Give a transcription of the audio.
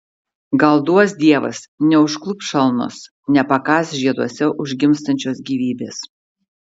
gal duos dievas neužklups šalnos nepakąs žieduose užgimstančios gyvybės